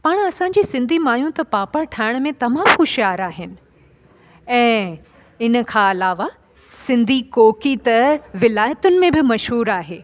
पाण असांजी सिंधी माइयूं त पापड़ ठाहिण में तमामु हुशियारु आहिनि ऐं इनखां अलावा सिंधी कोकी त विलायतुनि में बि मशहूरु आहे